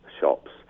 shops